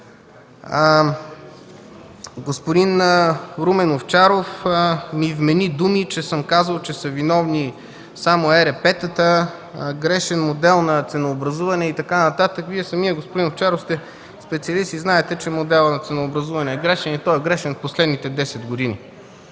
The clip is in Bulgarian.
Господин Румен Овчаров ми вмени думи – казал съм, че са виновни само ЕРП-тата, грешен модел на ценообразуване и така нататък. Господин Овчаров, Вие сте специалист и знаете, че моделът на ценообразуване е грешен и той е грешен в последните 10 години.